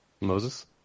Moses